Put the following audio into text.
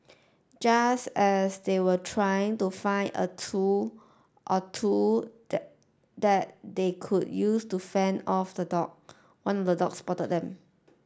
just as they were trying to find a tool or two that they could use to fend off the dog one of the dogs spotted them